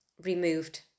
removed